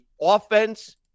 offense